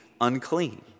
unclean